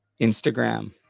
Instagram